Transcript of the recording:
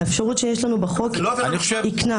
האפשרות שיש לנו בחוק היא להכפיל את הקנס.